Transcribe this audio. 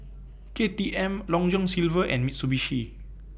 K T M Long John Silver and Mitsubishi